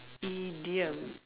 idiom